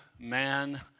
man